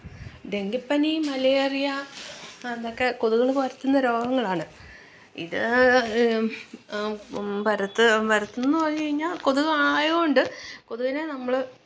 ഡെങ്കിപ്പനി മലേറിയ അതൊക്കെ കൊതുകുകള് പരത്തുന്ന രോഗങ്ങളാണ് ഇത് പരത്ത് പരത്തുന്നത് എന്ന് പറഞ്ഞ് കഴിഞ്ഞാൽ കൊതുകായത്കൊണ്ട് കൊതുകിനെ നമ്മള്